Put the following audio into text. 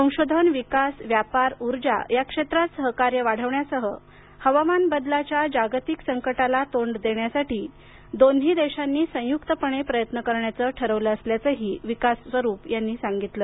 संशोधन विकास व्यापार ऊर्जा या क्षेत्रात सहकार्य वाढवण्यासह हवामान बदलाच्या जागतिक संकटाला तोंड देण्यासाठी दोन्ही देशांनी संयुक्तपणे प्रयत्न करण्याचं ठरवलं असल्याचंही विकास स्वरूप यांनी सांगितलं